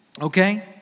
Okay